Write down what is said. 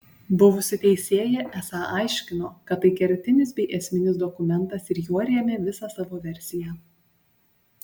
buvusi teisėja esą aiškino kad tai kertinis bei esminis dokumentas ir juo rėmė visą savo versiją